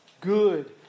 good